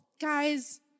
guys